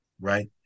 Right